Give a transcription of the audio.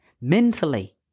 mentally